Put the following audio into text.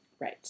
Right